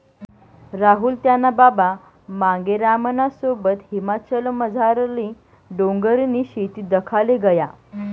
राहुल त्याना बाबा मांगेरामना सोबत हिमाचलमझारली डोंगरनी शेती दखाले गया